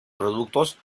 productos